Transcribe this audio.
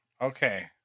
Okay